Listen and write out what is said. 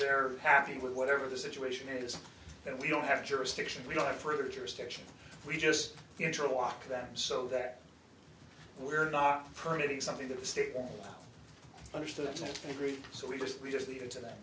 they're happy with whatever the situation is that we don't have jurisdiction we don't have further jurisdiction we just walk them so that we're not proving something that the state understood and agreed so we just we just leave it to them